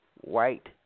white